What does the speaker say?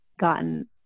gotten